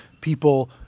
people—